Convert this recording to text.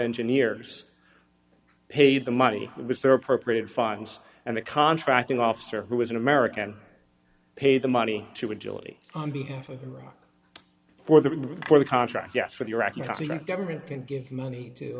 engineers paid the money that was there appropriated funds and the contracting officer who was an american paid the money to agility on behalf of iraq for the for the contract yes for the iraqi government can give money to